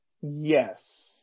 Yes